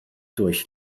durch